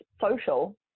social